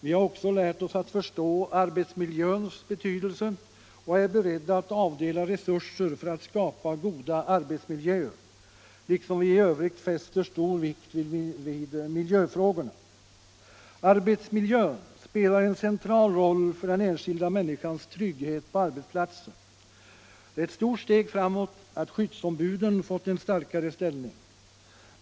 Vi har också lärt oss att förstå arbetsmiljöns betydelse och är beredda att avdela resurser för att skapa goda arbetsmiljöer — liksom vi i övrigt fäster stor vikt vid miljöfrågorna. Arbetsmiljön spelar en central roll för den enskilda människans trygghet på arbetsplatsen. Det är ett stort steg framåt att skyddsombudet fått en starkare ställning.